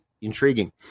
intriguing